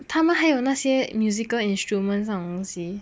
他们还有那些 musical instruments 那种东西